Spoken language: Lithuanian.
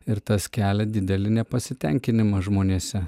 ir tas kelia didelį nepasitenkinimą žmonėse